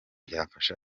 byafasha